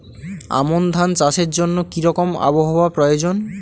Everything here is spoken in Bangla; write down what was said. আমন ধান চাষের জন্য কি রকম আবহাওয়া প্রয়োজন?